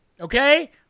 okay